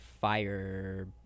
fire